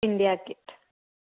India gate